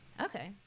Okay